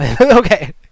Okay